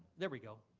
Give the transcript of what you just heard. there we go,